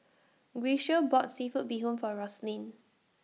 Grecia bought Seafood Bee Hoon For Roslyn